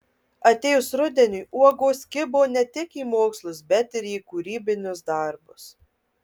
atėjus rudeniui uogos kibo ne tik į mokslus bet ir į kūrybinius darbus